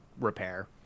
repair